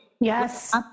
Yes